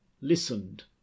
listened